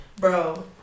Bro